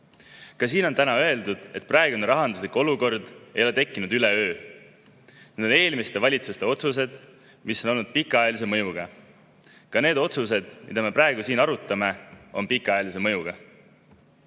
Ka siin on täna öeldud, et praegune rahanduslik olukord ei ole tekkinud üleöö – need on eelmiste valitsuste otsused, mis on olnud pikaajalise mõjuga. Ka need otsused, mida me praegu siin arutame, on pikaajalise mõjuga.